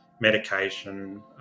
medication